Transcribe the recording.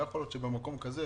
לא יכול להיות שבמקום כזה,